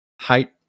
height